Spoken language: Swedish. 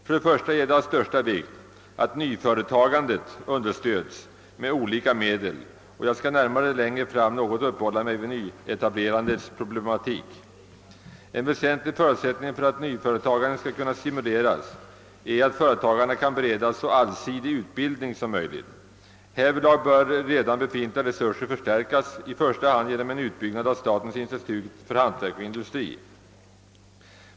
För det första är det av största vikt att nyföretagandet understödjes med olika medel — jag skall längre fram närmare uppehålla mig vid nyetablerandets problematik. En annan väsentlig förutsättning för att nyföretagandet skall kunna stimuleras är att företagarna kan beredas så allsidig utbildning som möjligt. Härvidlag bör redan befintliga resurser förstärkas, i första hand genom en utbyggnad av statens institut för hantverk och industri.